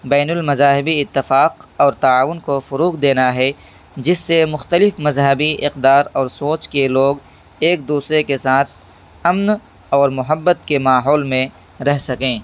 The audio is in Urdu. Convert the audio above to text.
بین المذاہبی اتفاق اور تعاون کو فروغ دینا ہے جس سے مختلف مذہبی اقدار اور سوچ کے لوگ ایک دوسرے کے ساتھ امن اور محبت کے ماحول میں رہ سکیں